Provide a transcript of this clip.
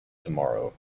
tomorrow